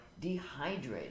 dehydrated